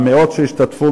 המאות שהשתתפו,